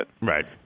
Right